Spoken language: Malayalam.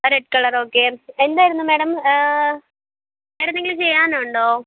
റെഡ് കളർ ഓക്കെ എന്തായിരുന്നു മാഡം വേറെയെന്തെങ്കിലും ചെയ്യാനുണ്ടോ